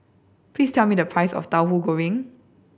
please tell me the price of Tahu Goreng